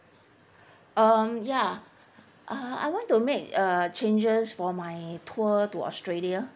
um ya uh I want to make uh changes for my tour to australia